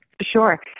Sure